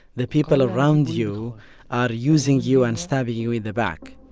the people around you are using you and stabbing you in the back.